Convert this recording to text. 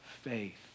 faith